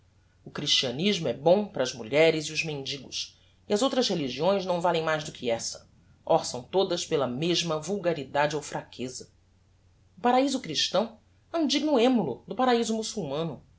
o christianismo é bom para as mulheres e os mendigos e as outras religiões não valem mais do que essa orçam todas pela mesma vulgaridade ou fraqueza o paraiso christão é um digno emulo do paraiso mussulmano